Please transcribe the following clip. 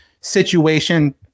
situation